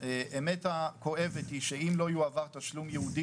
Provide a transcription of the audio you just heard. האמת הכואבת היא שאם לא יועבר תשלום ייעודי